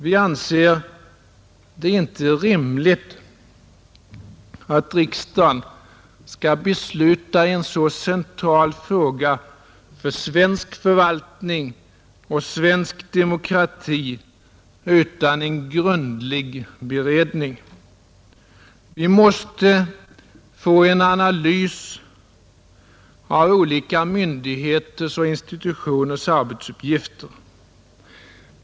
Vi anser det inte rimligt att riksdagen skall besluta i en så central fråga för svensk förvaltning och svensk demokrati utan en grundlig beredning. Vi måste få en analys av olika myndigheters och institutioners arbetsuppgifter.